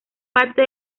parte